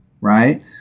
right